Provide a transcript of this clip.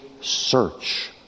search